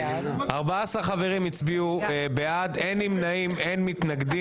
14 חברים הצביעו בעד, אין נמנעים, אין מתנגדים.